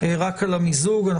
רק על המיזוג.